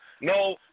No